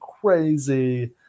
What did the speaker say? crazy